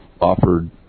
offered